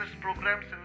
programs